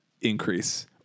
increase